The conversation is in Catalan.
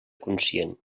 conscient